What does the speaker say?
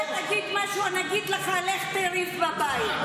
כל פעם שאתה תגיד משהו אני אגיד לך: לך תריב בבית.